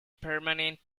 permanent